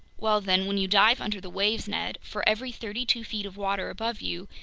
well then, when you dive under the waves, ned, for every thirty-two feet of water above you,